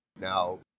Now